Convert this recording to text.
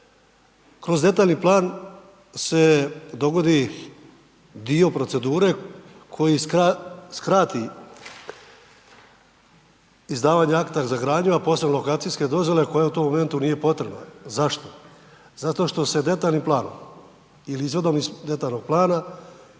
Kroz detaljni plan se dogodi dio procedure koji skrati izdavanje akta za gradnju, a posebno lokacijske dozvole koja u tom momentu nije potrebna. Zašto? Zato što se detaljnim planom ili izvodom iz detaljnog plana